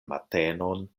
matenon